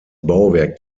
bauwerk